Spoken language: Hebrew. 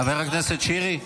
חבר הכנסת שירי,